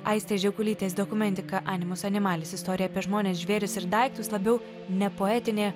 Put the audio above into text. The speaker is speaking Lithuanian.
aistės žegulytės dokumentika animus animalis istorija apie žmones žvėris ir daiktus labiau ne poetinė